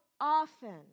often